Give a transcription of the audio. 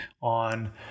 on